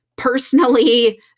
personally